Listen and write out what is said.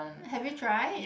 have you tried